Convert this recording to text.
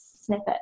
snippet